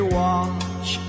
watch